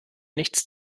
nichts